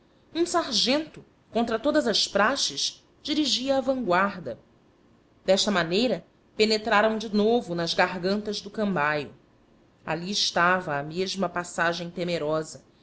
um sargento contra todas as praxes dirigia a vanguarda desta maneira penetraram de novo nas gargantas do cambaio ali estava a mesma passagem temerosa